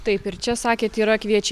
taip ir čia sakėt yra kviečiai